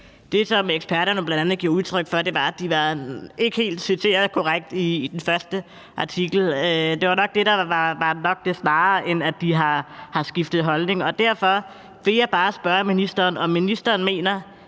Det, som eksperterne bl.a. giver udtryk for, er, at de ikke var helt korrekt citeret i den første artikel. Det var nok snarere det, end at de har skiftet holdning. Derfor vil jeg bare spørge ministeren, om ministeren mener,